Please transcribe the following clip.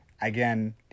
again